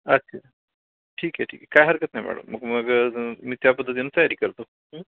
अच्छा ठीक आहे ठीक आहे काय हरकत नाही मॅडम मग मग मी त्या पद्धतीनं तयारी करतो हं